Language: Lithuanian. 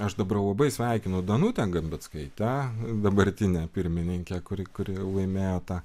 aš dabar labai sveikinu danutę gambickaitę dabartinę pirmininkę kuri kuri laimėjo tą